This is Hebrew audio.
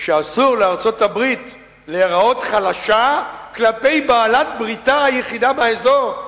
שאסור לארצות-הברית להיראות חלשה כלפי בעלת-בריתה היחידה באזור.